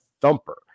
thumper